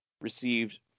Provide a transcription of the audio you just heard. received